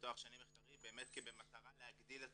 לתואר שני מחקרי באמת במטרה להגדיל את